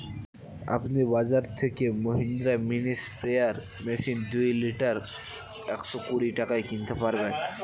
আপনি বাজর থেকে মহিন্দ্রা মিনি স্প্রেয়ার মেশিন দুই লিটার একশো কুড়ি টাকায় কিনতে পারবেন